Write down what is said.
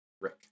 Rick